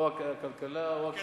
או הכלכלה או הכספים.